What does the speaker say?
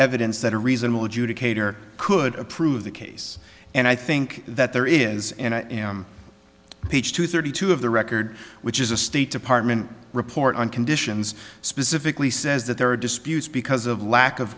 evidence that a reasonable adjudicator could approve the case and i think that there is and i am ph two thirty two of the record which is a state department report on conditions specifically says that there are disputes because of lack of